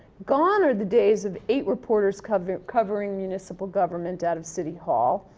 gone are the days of eight reporters covering covering municipal government out of city hall.